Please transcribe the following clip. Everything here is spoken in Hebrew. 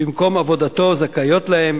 במקום עבודתו זכאיות להן,